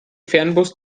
fernbus